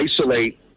isolate